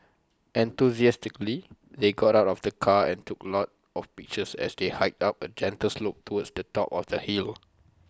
enthusiastically they got out of the car and took A lot of pictures as they hiked up A gentle slope towards the top of the hill